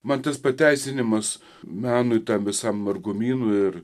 man tas pateisinimas menui tą visą margumynui ir